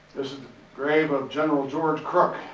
this is the grave of general george crook.